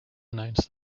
announce